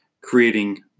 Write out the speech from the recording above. creating